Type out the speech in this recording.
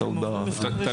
יש להם מבחן רישוי.